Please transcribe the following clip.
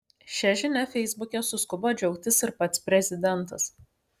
šia žinia feisbuke suskubo džiaugtis ir pats prezidentas